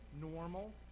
normal